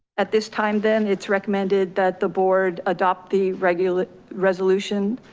at this time, then it's recommended that the board adopt the regular resolution,